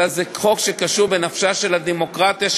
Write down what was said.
אלא לנפשה של הדמוקרטיה,